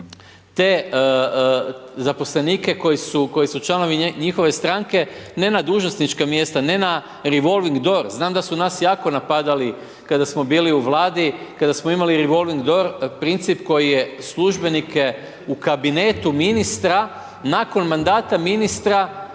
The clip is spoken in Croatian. te zaposlenike koji su članovi njihove stranke ne na dužnosnička mjesta ne na revolving door, znam da su nas jako napadali kada smo bili u Vladi, kada smo imali revolving door princip koji je službenike u kabinetu ministra, nakon mandata ministra